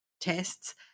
tests